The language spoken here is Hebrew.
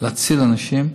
בלהציל אנשים,